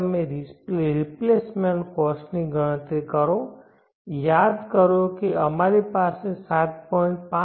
પછી તમે replacement cost ની ગણતરી કરો યાદ કરો કે અમારી પાસે 7